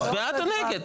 אז בעד או נגד?